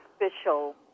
official